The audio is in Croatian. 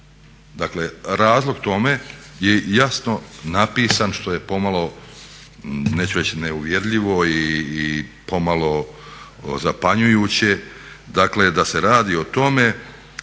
Dakle, razlog tome je jasno napisan što je pomalo neću reći neuvjerljivo i pomalo zapanjujuće, dakle da se radi o tome,